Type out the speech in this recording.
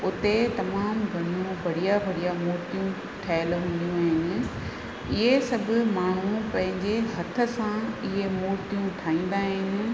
उते तमामु घणियूं बढ़िया बढ़िया मुर्तियूं ठहियलु हूंदियूं आहिनि इहे सभु माण्हू पंहिंजे हथ सां इहे मुर्तियूं ठाहींदा आहिनि